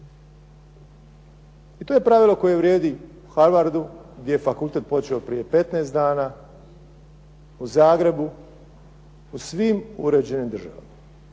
I to je pravilo koje vrijedi u Harvardu, gdje je fakultet počeo prije 15 dana, u Zagrebu, u svim uređenim državama.